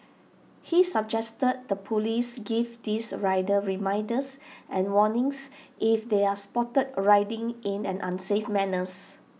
he suggested the Police give these riders reminders and warnings if they are spotted riding in an unsafe manner